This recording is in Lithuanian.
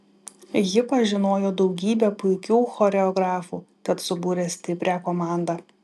ji pažinojo daugybę puikių choreografų tad subūrė stiprią komandą